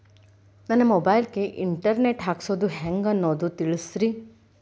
ನನ್ನ ಮೊಬೈಲ್ ಗೆ internet ಹಾಕ್ಸೋದು ಹೆಂಗ್ ಅನ್ನೋದು ತಿಳಸ್ರಿ